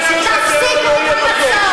תפסיקו את המצור.